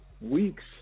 weeks